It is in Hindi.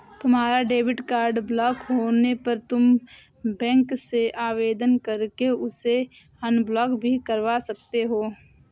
तुम्हारा डेबिट कार्ड ब्लॉक होने पर तुम बैंक से आवेदन करके उसे अनब्लॉक भी करवा सकते हो